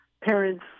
parents